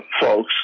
folks